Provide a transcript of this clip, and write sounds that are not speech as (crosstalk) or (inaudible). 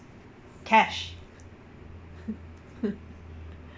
cash (laughs)